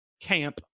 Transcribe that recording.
camp